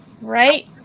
right